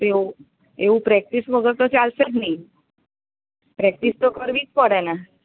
એવું એવું પ્રેક્ટિસ વગર તો ચાલશે જ નહીં પ્રેક્ટિસ તો કરવી જ પડે ને